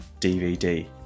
DVD